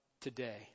today